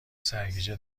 سرگیجه